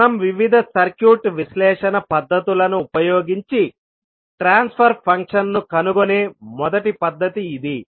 మనం వివిధ సర్క్యూట్ విశ్లేషణ పద్ధతులను ఉపయోగించి ట్రాన్స్ఫర్ ఫంక్షన్ను కనుగొనే మొదటి పద్ధతి ఇది